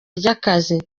ry’akazi